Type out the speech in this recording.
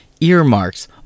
earmarks